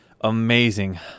amazing